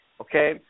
okay